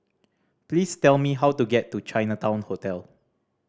please tell me how to get to Chinatown Hotel